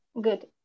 Good